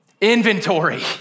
Inventory